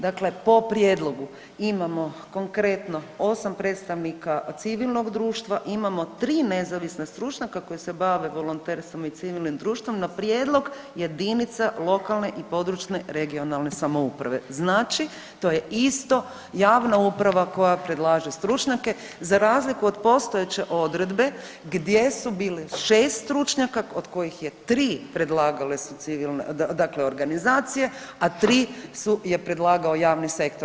Dakle, po prijedlogu imamo konkretno, 8 predstavnika civilnog društva, imamo 3 nezavisna stručnjaka koji se bave volonterstvom i civilnim društvom na prijedlog jedinica lokalne i područne (regionalne) samouprave, znači, to je isto javna uprava koja predlaže stručnjake, za razliku od postojeće odredbe gdje su bili 6 stručnjaka, od kojih je 3 predlagale su civilne, dakle organizacije, a 3 je predlagao javni sektor.